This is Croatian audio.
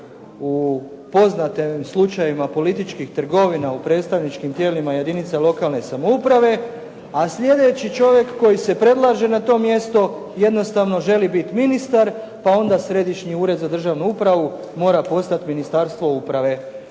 u poznatim slučajevima političkih trgovina u predstavničkim tijelima jedinica lokalne samouprave, a slijedeći čovjek koji se predlaže na to mjesto jednostavno želi biti ministar, pa onda Središnji ured za državnu upravu mora postati Ministarstvo uprave.